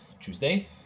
Tuesday